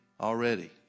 already